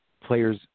players